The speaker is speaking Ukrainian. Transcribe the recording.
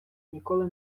ніколи